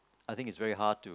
I think it's very hard to